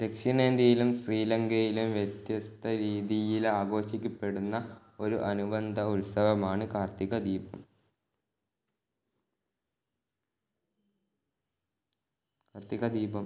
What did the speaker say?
ദക്ഷിണേന്ത്യയിലും ശ്രീലങ്കയിലും വ്യത്യസ്ത രീതിയിൽ ആഘോഷിക്കപ്പെടുന്ന ഒരു അനുബന്ധ ഉത്സവമാണ് കാർത്തിക ദീപം കാർത്തിക ദീപം